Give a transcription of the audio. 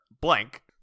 blank